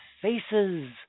faces